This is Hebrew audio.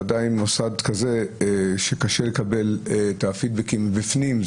ודאי מוסד כזה שקשה לקבל את הפידבקים בפנים,